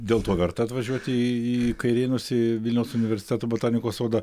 dėl to verta atvažiuoti į į kairėnus į vilniaus universiteto botanikos sodą